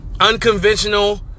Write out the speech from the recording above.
unconventional